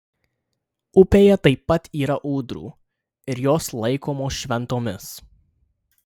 upėje taip pat yra ūdrų ir jos laikomos šventomis